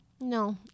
No